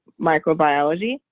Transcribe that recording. microbiology